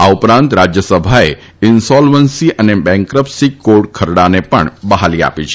આ ઉપરાંત રાજ્યસભાએ ઇનસોલ્વન્સી અને બેન્કરપ્સી કોડ ખરડાને પણ બહાલી આપી છે